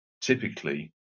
typically